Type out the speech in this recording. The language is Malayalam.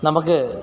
നമുക്ക്